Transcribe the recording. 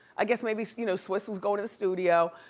i guess maybe you know swizz was going to the studio,